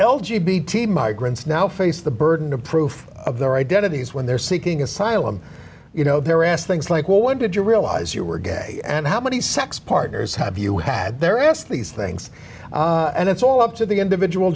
t migrants now face the burden of proof of their identities when they're seeking asylum you know they're asked things like well when did you realise you were gay and how many sex partners have you had they're asked these things and it's all up to the individual